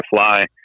fly